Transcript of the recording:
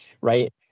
right